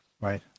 Right